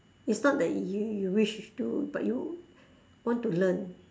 it's not that you you wish to but you want to learn